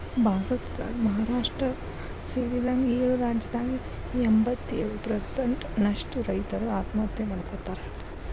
ಭಾರತದಾಗ ಮಹಾರಾಷ್ಟ್ರ ಸೇರಿದಂಗ ಏಳು ರಾಜ್ಯದಾಗ ಎಂಬತ್ತಯೊಳು ಪ್ರಸೆಂಟ್ ನಷ್ಟ ರೈತರು ಆತ್ಮಹತ್ಯೆ ಮಾಡ್ಕೋತಾರ